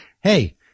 Hey